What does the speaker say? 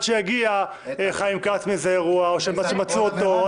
שיגיע חיים כץ מאיזה אירוע או שהם בעצם מצאו אותו.